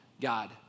God